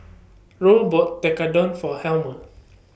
Roe bought Tekkadon For Homer